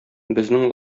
безнең